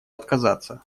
отказаться